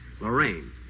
Lorraine